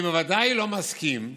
אני בוודאי לא מסכים.